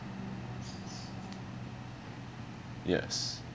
yes